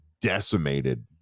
decimated